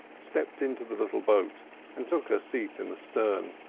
stepped into the little boat and took her seat in the stern,